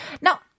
Now